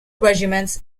regiments